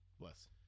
Bless